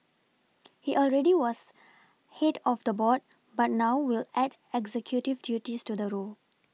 he already was head of the board but now will add executive duties to the role